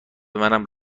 منم